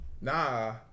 Nah